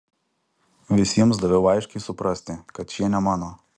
visiems daviau aiškiai suprasti kad šie ne mano